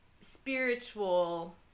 spiritual